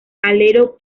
alero